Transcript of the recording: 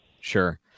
Sure